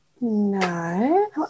No